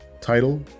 title